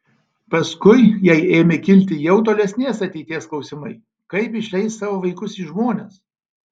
paskui jai ėmė kilti jau tolesnės ateities klausimai kaip išleis savo vaikus į žmones